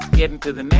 getting to the next